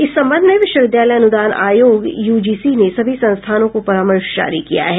इस संबंध में विश्वविद्यालय अनुदान अयोग यूजीसी ने सभी संस्थानों को परामर्श जारी किया है